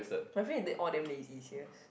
my friend they all damn lazy serious